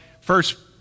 First